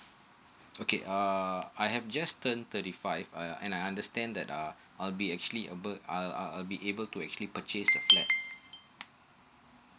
okay uh I have just turn thirty five uh and I understand that uh I'll be actually a bird uh I'll be able to actually purchase a flat